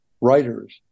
writers